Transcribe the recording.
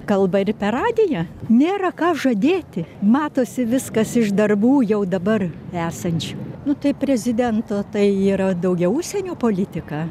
kalba ir per radiją nėra ką žadėti matosi viskas iš darbų jau dabar esančių nu tai prezidento tai yra daugiau užsienio politika